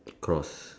cross